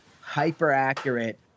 hyper-accurate